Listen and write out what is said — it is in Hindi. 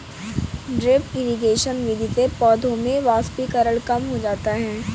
ड्रिप इरिगेशन विधि से पौधों में वाष्पीकरण कम हो जाता है